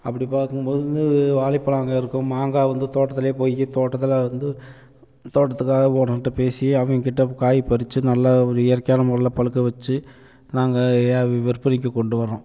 அப்படி பார்க்கும்போது வாழைப்பழங்கள் இருக்கும் மாங்காய் வந்து தோட்டத்தில் போய் தோட்டத்தில் வந்து தோட்டத்துக்காக ஓனர்கிட்ட பேசி அவங்ககிட்ட காய் பறித்து நல்ல ஒரு இயற்கையான முறையில் பழுக்க வச்சு நாங்கள் விற்பனைக்கு கொண்டு வரோம்